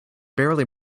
barely